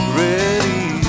ready